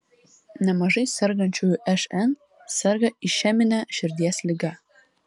nemažai sergančiųjų šn serga išemine širdies liga